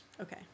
Okay